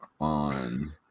on